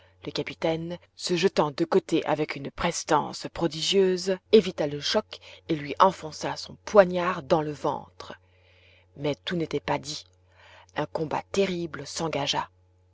le capitaine se jetant de côté avec une prestesse prodigieuse évita le choc et lui enfonça son poignard dans le ventre mais tout n'était pas dit un combat terrible s'engagea